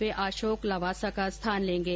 वे अशोक लवासा का स्थान लेंगे